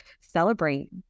celebrate